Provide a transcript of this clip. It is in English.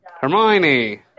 Hermione